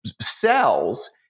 cells